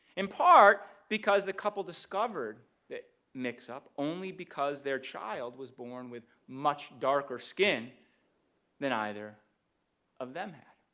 in part because the couple discovered that mix-up only because their child was born with much darker skin than either of them had.